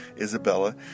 Isabella